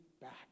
back